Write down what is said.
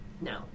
No